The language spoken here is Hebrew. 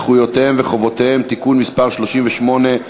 זכויותיהם וחובותיהם (תיקון מס' 38),